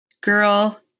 Girl